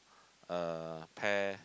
a pear